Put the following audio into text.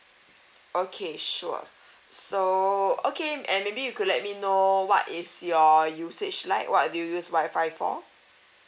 okay sure so okay and maybe you could let me know what is your usage like what do you use wifi for